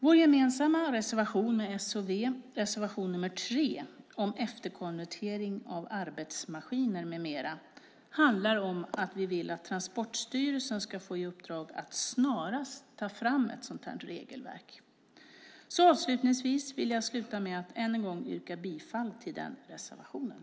Vår gemensamma reservation med S och V, reservation nr 3, om efterkonvertering av arbetsmaskiner med mera, handlar om att vi vill att Transportstyrelsen ska få i uppdrag att snarast ta fram ett sådant regelverk. Avslutningsvis vill jag än en gång yrka bifall till den reservationen.